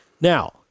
Now